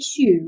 issue